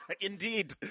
Indeed